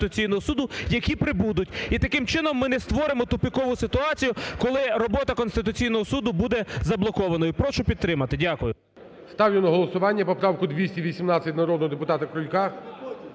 які прибудуть. І таким чином ми не створимо тупикову ситуацію, коли робота Конституційного Суду буде заблокованою. Прошу підтримати. Дякую. ГОЛОВУЮЧИЙ. Ставлю на голосування поправку 218 народного депутата Крулька.